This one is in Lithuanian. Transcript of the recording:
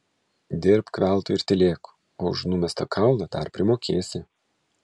dirbk veltui ir tylėk už numestą kaulą dar primokėsi